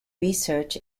research